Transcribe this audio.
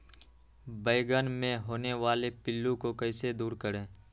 बैंगन मे होने वाले पिल्लू को कैसे दूर करें?